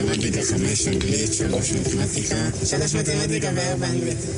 נציגי כל הציבור ובאמת מי